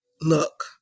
look